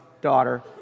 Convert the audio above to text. daughter